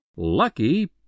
Lucky